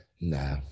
Nah